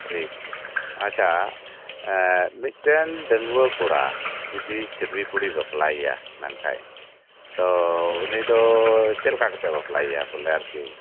ᱴᱷᱤᱠ ᱟᱪᱪᱷᱟ ᱢᱤᱴᱮᱱ ᱰᱟᱹᱜᱩᱭᱟᱹ ᱠᱚᱲᱟ ᱡᱩᱫᱤ ᱪᱷᱟᱹᱰᱣᱭᱤ ᱠᱩᱲᱤ ᱵᱟᱯᱞᱟᱭᱮᱭᱟ ᱢᱮᱱᱠᱷᱟᱡ ᱛᱚ ᱩᱱᱤ ᱫᱚ ᱪᱮᱫ ᱞᱮᱠᱟ ᱠᱟᱛᱮᱭ ᱵᱟᱯᱞᱟᱭᱮᱭᱟ ᱵᱚᱞᱮ ᱟᱨᱠᱤ